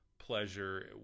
pleasure